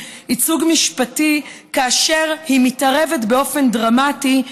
ייצוג משפטי כאשר היא מתערבת באופן דרמטי,